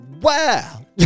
wow